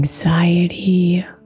Anxiety